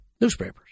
newspapers